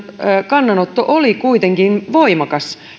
kannanotto oli kuitenkin voimakas